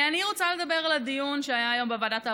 אני רוצה לדבר על הדיון שהיה היום בוועדת העבודה,